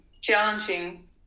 challenging